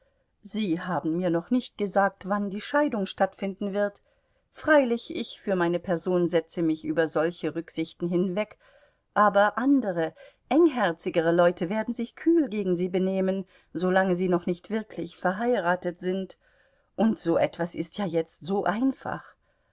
sie haben mir noch nicht gesagt wann die scheidung stattfinden wird freilich ich für meine person setze mich über solche rücksichten hinweg aber andere engherzigere leute werden sich kühl gegen sie benehmen solange sie noch nicht wirklich verheiratet sind und so etwas ist ja jetzt so einfach